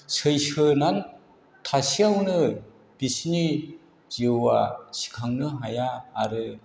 सैसोनानै थासेयावनो बिसिनि जिउआ सिखांनो हाया आरो